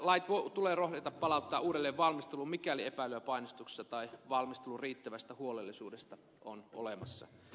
lait tulee rohjeta palauttaa uudelleen valmisteluun mikäli epäilyjä painostuksesta tai valmistelun riittävästä huolellisuudesta on olemassa